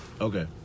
okay